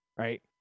right